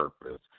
purpose